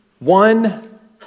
One